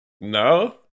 No